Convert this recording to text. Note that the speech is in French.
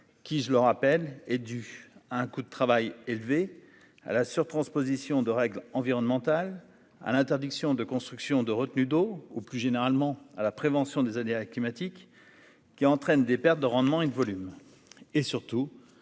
qui je le rappelle, est due à un coût de travail élevé à la surtransposition de règles environnementales à l'interdiction de construction de retenues d'eau, ou plus généralement à la prévention des aléas climatiques, qui entraîne des pertes de rendement et de volume et surtout